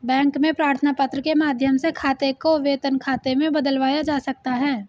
bank में प्रार्थना पत्र के माध्यम से खाते को वेतन खाते में बदलवाया जा सकता है